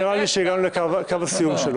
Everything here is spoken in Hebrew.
נראה לי שהגענו לקו הסיום שלו.